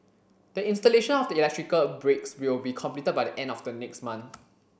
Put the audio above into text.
the installation of the electrical breaks will be completed by the end of the next month